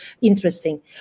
interesting